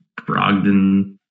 Brogdon